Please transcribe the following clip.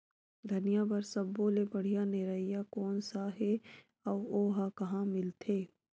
धनिया बर सब्बो ले बढ़िया निरैया कोन सा हे आऊ ओहा कहां मिलथे?